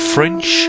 French